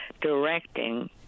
directing